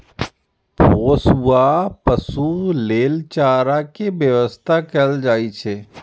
पोसुआ पशु लेल चारा के व्यवस्था कैल जाइ छै